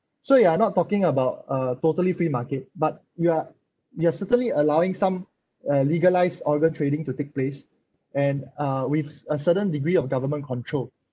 so you are not talking about a totally free market but you are you are certainly allowing some uh legalise organ trading to take place and uh with a certain degree of government control